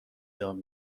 دام